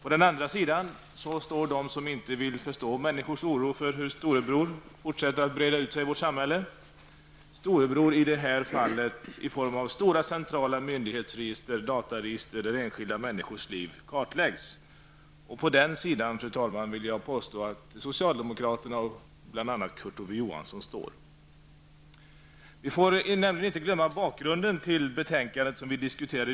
Å den andra står de som inte vill förstå människors oro för hur Storebror fortsätter att breda ut sig i vårt samhälle, Storebror i det här fallet i form av stora centrala myndighetsregister, dataregister där enskilda människors liv kartläggs. På den sidan vill jag påstå att socialdemokraterna och Kurt Ove Vi får inte glömma bort bakgrunden till det betänkande som vi diskuterar.